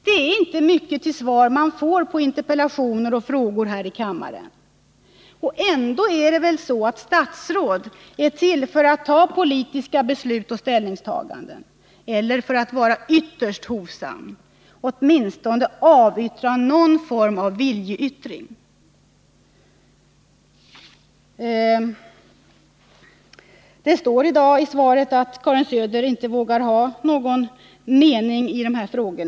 Det är inte mycket till svar man får på interpellationer och frågor här i kammaren. Och ändå är det väl så, att statsråd är till för att fatta politiska beslut och göra ställningstaganden eller, för att vara ytterst hovsam, åtminstone avge någon form av viljeyttring. Det står i svaret att Karin Söder i dag inte vågar ha någon mening i dessa frågor.